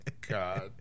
God